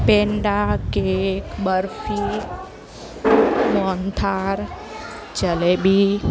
peda cake barfi mohanthal jalebi